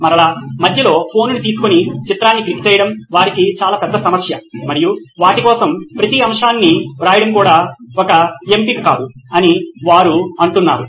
మరలా మధ్యలో ఫోన్ను తీసుకొని చిత్రాన్ని క్లిక్ చేయడం వారికి చాలా పెద్ద సమస్య మరియు వాటి కోసం ప్రతి అంశాన్ని వ్రాయడం కూడా ఒక ఎంపిక కాదు అని వారు అనుకుంటున్నారు